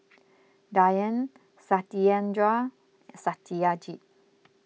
Dhyan Satyendra and Satyajit